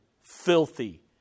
filthy